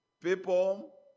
people